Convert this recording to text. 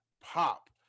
Pop